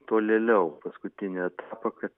tolėliau paskutinį etapą kad